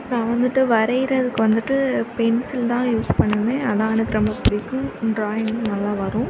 நான் வந்துட்டு வரைகிறதுக்கு வந்துட்டு பென்சில் தான் யூஸ் பண்ணுவேன் அதுதான் எனக்கு ரொம்ப பிடிக்கும் ட்ராயிங்கும் நல்லா வரும்